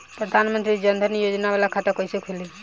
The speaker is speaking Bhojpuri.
प्रधान मंत्री जन धन योजना वाला खाता कईसे खुली?